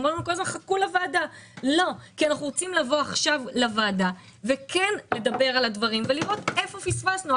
אנחנו רוצים לבוא עכשיו לוועדה וכן לדבר על הדברים ולראות איפה פספסנו.